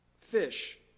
fish